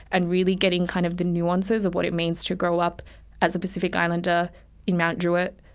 and really getting kind of the nuances of what it means to grow up as a pacific islander in mount druitt.